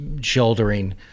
shouldering